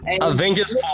Avengers